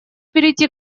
перейти